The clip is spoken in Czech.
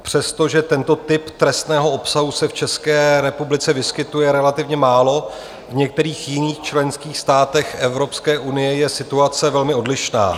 Přestože tento typ trestného obsahu se v České republice vyskytuje relativně málo, v některých jiných členských státech Evropské unie je situace velmi odlišná.